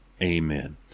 Amen